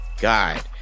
God